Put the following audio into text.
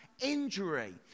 injury